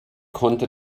konnte